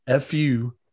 FU